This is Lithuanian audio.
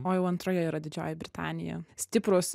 o jau antroje yra didžioji britanija stiprūs